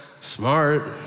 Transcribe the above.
smart